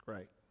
Right